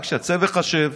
רק צא וחשב,